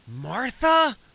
Martha